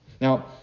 Now